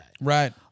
Right